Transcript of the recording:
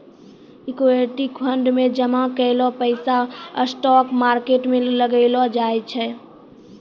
equity fund मे जामा कैलो पैसा स्टॉक मार्केट मे लगैलो जाय छै